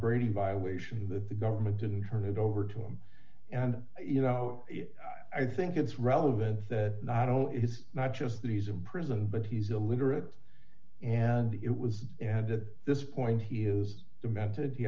brady violation that the government didn't turn it over to him and you know i think it's relevant that not all it's not just that he's in prison but he's illiterate and it was that this point he has cemented he